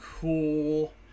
cool